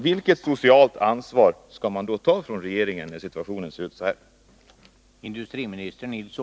Vilket socialt ansvar kommer regeringen att ta när situationen ser ut som den gör?